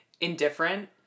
indifferent